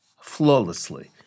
flawlessly